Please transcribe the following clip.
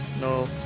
no